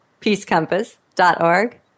peacecompass.org